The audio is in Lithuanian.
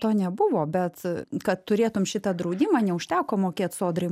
to nebuvo bet kad turėtum šitą draudimą neužteko mokėt sodrai